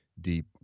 deep